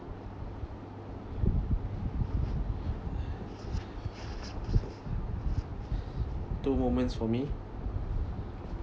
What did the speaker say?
two moments for me